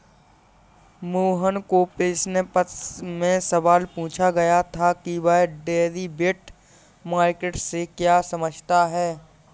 मोहन को प्रश्न पत्र में सवाल पूछा गया था कि वह डेरिवेटिव मार्केट से क्या समझता है?